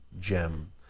Gem